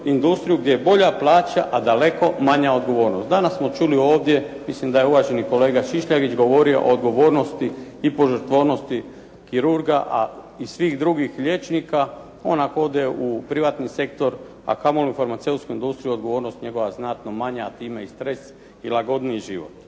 industriju gdje je bolja plaća, a daleko manja odgovornost. Danas smo čuli ovdje, mislim da je uvaženi kolega Šišljagić govorio o odgovornosti i požrtvovnosti kirurga, a i svih drugih liječnika. On ako ode u privatni sektor, a kamoli u farmaceutsku industriju odgovornost njegova je znatno manja, a time i stres i lagodniji život.